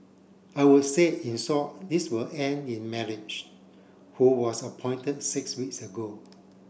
I would say in short this will end in marriage who was appointed six weeks ago